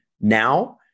now